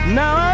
now